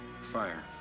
Fire